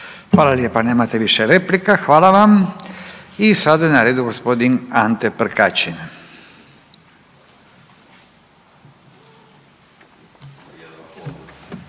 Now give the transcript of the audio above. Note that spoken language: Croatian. Hvala lijepa. Nemate više replika, hvala vam. I sada je na redu g. Ante Prkačin.